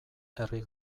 herri